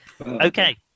Okay